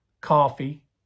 coffee